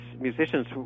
musicians